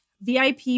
VIP